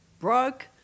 broke